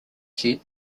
said